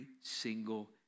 single